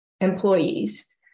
employees